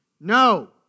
no